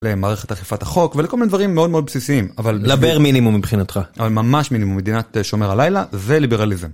למערכת אכיפת החוק ולכל מיני דברים מאוד מאוד בסיסיים. אבל לבר מינימום מבחינתך. אבל ממש מינימום, מדינת שומר הלילה זה ליברליזם.